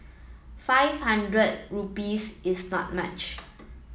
five hundred rupees is not much